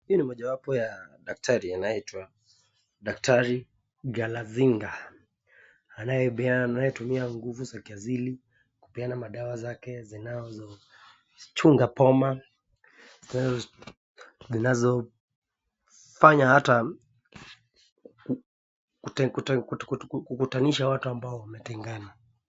Hii ni moja wapo ya daktari anayeitwa daktari Galazinga anayetumia nguvu za kiasili kupeana madawa zake zinachunga boma, zinazofanya ata kukutanisha watu ambao wametengana.